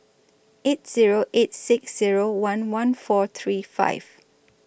eight Zero eight six Zero one one four three five